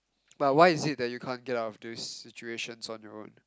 but why is it you can't get out of these situations on your own